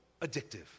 addictive